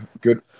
good